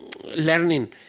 learning